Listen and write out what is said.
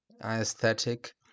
aesthetic